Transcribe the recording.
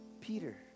Peter